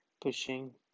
pushing